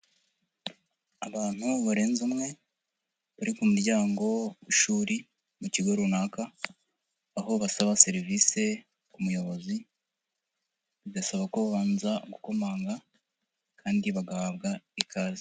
Abantu barenze umwe bari ku muryango w'ishuri mu kigo runaka, aho basaba serivise umuyobozi bigasaba ko babanza gukomanga kandi bagahabwa ikaze.